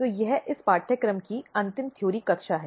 तो यह इस पाठ्यक्रम की अंतिम थ्योरी कक्षा है